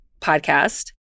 podcast